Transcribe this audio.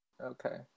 Okay